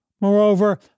Moreover